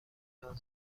نیاز